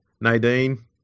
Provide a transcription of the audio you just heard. Nadine